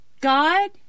God